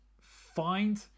find